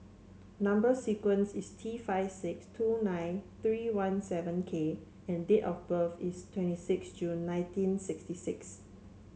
number sequence is T five six two nine three one seven K and date of birth is twenty six June nineteen sixty six